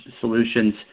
solutions